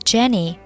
Jenny